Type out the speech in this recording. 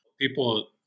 people